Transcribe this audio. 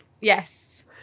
Yes